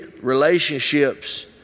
relationships